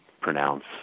pronounce